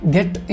Get